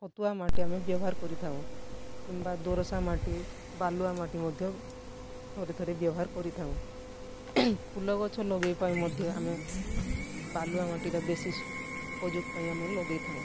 ପତୁଆ ମାଟି ଆମେ ବ୍ୟବହାର କରିଥାଉ କିମ୍ବା ଦୋରସା ମାଟି ବାଲୁଆ ମାଟି ମଧ୍ୟ ଥରେ ଥରେ ବ୍ୟବହାର କରିଥାଉ ଫୁଲଗଛ ଲଗେଇବାରେ ମଧ୍ୟ ଆମେ ବାଲୁଆ ମାଟିର ବେଶୀ ଉପଯୋଗ ପାଇଁ ଆମେ ଲଗେଇଥାଉ